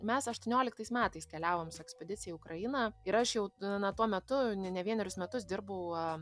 mes aštuonioliktais metais keliavom su ekspedicija į ukrainą ir aš jau na tuo metu ne ne vienerius metus dirbau